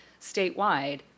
statewide